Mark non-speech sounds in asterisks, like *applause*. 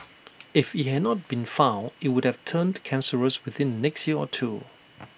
*noise* if IT had not been found IT would have turned cancerous within the next year or two